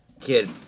Kid